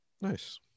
Nice